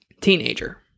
teenager